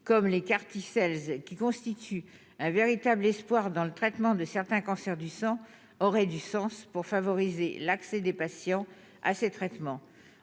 comme les quartiers celle qui constitue un véritable espoir dans le traitement de certains cancers du sang aurait du sens pour favoriser l'accès des patients à ces traitements,